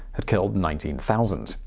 had killed nineteen thousand.